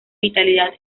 vitalidad